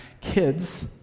kids